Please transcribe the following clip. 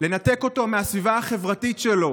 לנתק אותו מהסביבה החברתית שלו